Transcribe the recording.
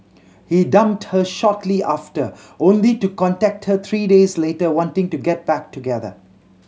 he dumped her shortly after only to contact her three days later wanting to get back together